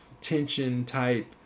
tension-type